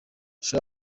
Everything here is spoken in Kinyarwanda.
sha